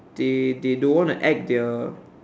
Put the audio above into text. they they don't want to act their